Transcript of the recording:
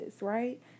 right